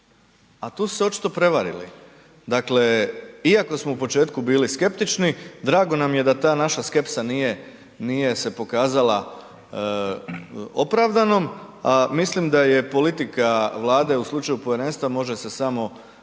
a tu su se očito prevarili. Dakle, iako smo u početku bili skeptični, drago nam je da ta naša skepsa nije se pokazala opravdanom. A mislim da je politika Vlade u slučaju povjerenstva može se samo